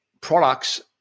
products